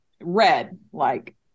red-like